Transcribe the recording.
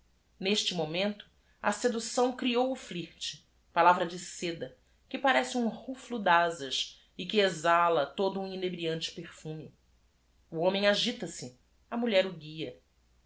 neste momento a educção ereou o l i r t palavra de seda que parece um ruflo d azas e que exala todo um enebriante perfume homem agita-se mulher o guia